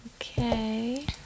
Okay